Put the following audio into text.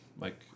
Mike